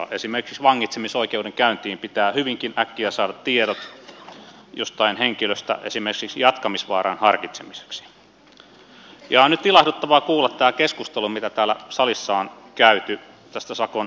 esimerkiksi vangitsemisoikeudenkäyntiin pitää hyvinkin äkkiä saada tiedot jostain henkilöstä esimerkiksi jatkamisvaaran harkitsemiseksi ja on nyt ilahduttavaa kuulla tämä keskustelu mitä täällä salissa on käyty tästä sakon muuntorangaistuksesta